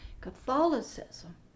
Catholicism